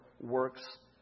works